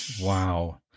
Wow